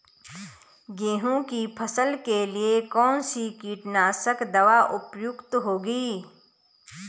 गेहूँ की फसल के लिए कौन सी कीटनाशक दवा उपयुक्त होगी?